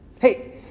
Hey